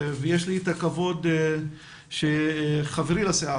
ויש לי הכבוד לכבד את חברי לסיעה,